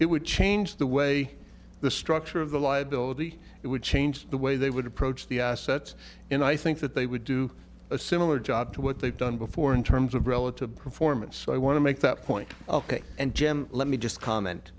it would change the way the structure of the liability it would change the way they would approach the assets and i think that they would do a similar job to what they've done before in terms of relative performance so i want to make that point ok and jim let me just comment